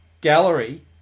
Gallery